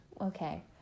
Okay